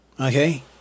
okay